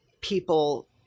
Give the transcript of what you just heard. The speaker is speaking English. people